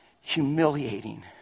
humiliating